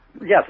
Yes